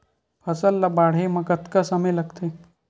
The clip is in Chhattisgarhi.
फसल ला बाढ़े मा कतना समय लगथे?